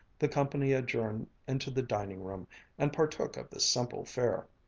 the company adjourned into the dining-room and partook of this simple fare.